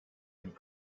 and